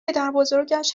پدربزرگش